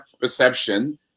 perception